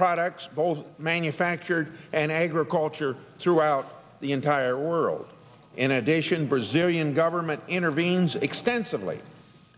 products sold manufactured and agriculture throughout the entire world in addition brazilian government intervenes extensively